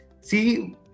see